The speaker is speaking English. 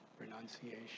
renunciation